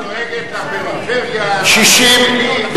סעיף 42,